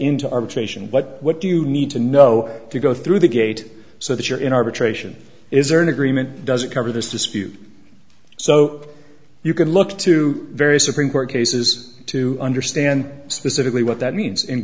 into arbitration but what do you need to know to go through the gate so that you're in arbitration is there an agreement doesn't cover this dispute so you can look to various supreme court cases to understand specifically what that means